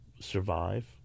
survive